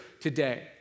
today